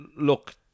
look